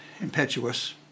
impetuous